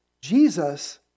Jesus